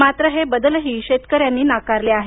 मात्र हे बदलही शेतकऱ्यांनी नाकारले आहे